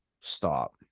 stop